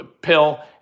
pill